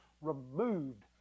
removed